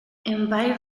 empire